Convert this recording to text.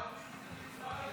היה עוד מישהו שצריך